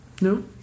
No